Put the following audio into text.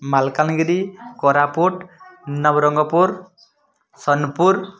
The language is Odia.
ମାଲକାନଗିରି କୋରାପୁଟ ନବରଙ୍ଗପୁର ସୋନପୁର